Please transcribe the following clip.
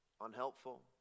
unhelpful